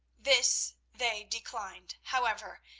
this they declined, however,